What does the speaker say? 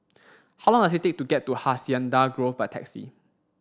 how long does it take to get to Hacienda Grove by taxi